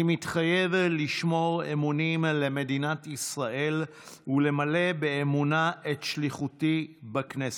אני מתחייב לשמור אמונים למדינת ישראל ולמלא באמונה את שליחותי בכנסת.